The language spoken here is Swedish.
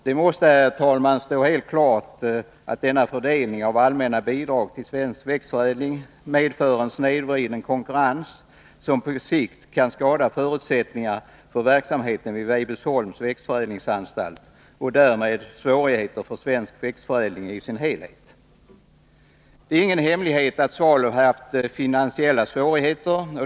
Det måste stå helt klart att denna fördelning av allmänna bidrag till svensk växtförädling medför en snedvriden konkurrens, som på sikt kan skada förutsättningarna för verksamheten vid Weibullsholms växtförädlingsanstalt och därmed svensk växtförädling i dess helhet. Det är ingen hemlighet att Svalöf har haft finansiella svårigheter.